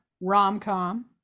rom-com